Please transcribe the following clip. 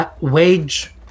Wage